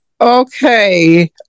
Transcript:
Okay